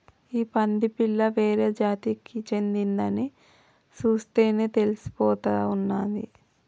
ఈ పంది పిల్ల వేరే జాతికి చెందిందని చూస్తేనే తెలిసిపోతా ఉన్నాది